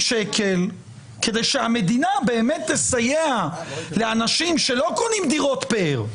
שקלים כדי שהמדינה באמת תסייע לאנשים שלא קונים דירות פאר.